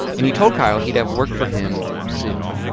and he told kyle he'd have work for him soon.